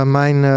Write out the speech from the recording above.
mijn